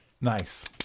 Nice